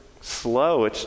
slow